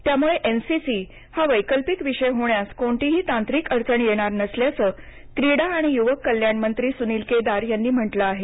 त्यामुळे एनसीसी हा वैकल्पिक विषय होण्यास कोणतीही तांत्रिक अडचण येणार नसल्याचं क्रीडा आणि युवक कल्याण मंत्री सुनील केदार यांनी म्हटलं आहे